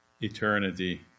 eternity